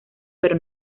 pero